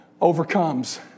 overcomes